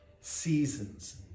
Seasons